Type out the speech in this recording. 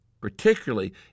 particularly